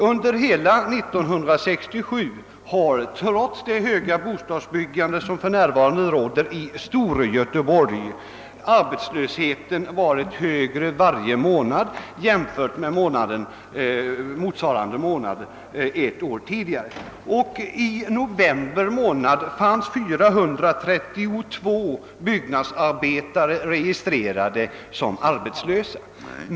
Under hela 1967 har trots det höga bostadsbyggande som för närvarande pågår i Storgöteborg arbetslösheten varit större varje månad jämfört med motsvarande månad ett år tidigare. I november månad var 432 byggnadsarbetare registrerade som arbetslösa.